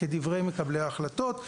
כדברי מקבלי ההחלטות.